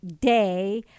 day